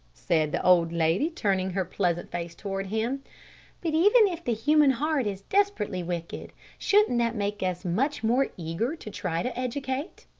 said the old lady, turning her pleasant face toward him but even if the human heart is desperately wicked, shouldn't that make us much more eager to try to educate,